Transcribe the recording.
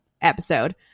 episode